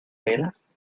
velas